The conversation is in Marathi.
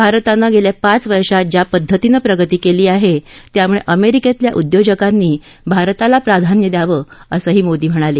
भारतान गेल्या पाच वर्षात ज्या पद्धतीनं प्रगती केली आहे त्यामुळे अमेरिकेतल्या उद्योजकांनी भारताला प्राधान्य द्यावं असंही मोदी म्हणाले